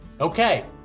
Okay